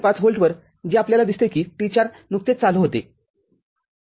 ५ व्होल्टवर जे आपल्याला दिसते की T ४नुकतेच चालू होते